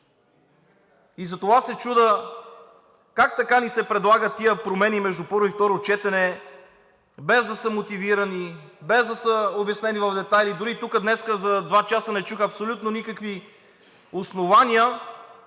и затова се чудя как така ни се предлагат тези промени между първо и второ четене, без да са мотивирани, без да са обяснени в детайли, а дори и днес за два часа не чух абсолютно никакви основания